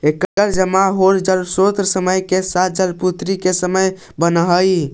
एकर जमा होल जलस्रोत समय के साथ में जलापूर्ति के साधन बनऽ हई